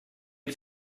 had